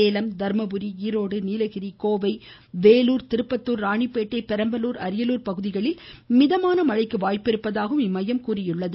சேலம் தர்மபுரி ஈரோடு நீலகிரி கோவை வேலூர் திருப்பத்தூர் ராணிப்பேட்டை பெரம்பலூர் அரியலூர் பகுதிகளில் மிதமான மழைக்கு வாய்ப்பிருப்பதாக இம்மையம் கூறியுள்ளது